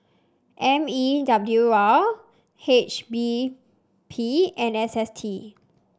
M E W R H B P and S S T